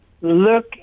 look